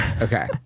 Okay